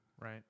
Right